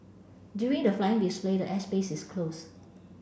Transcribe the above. during the flying display the air space is closed